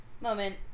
Moment